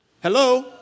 Hello